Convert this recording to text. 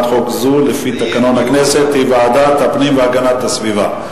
חוק זו לפי תקנון הכנסת היא ועדת הפנים והגנת הסביבה.